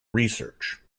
research